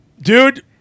Dude